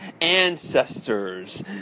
ancestors